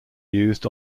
used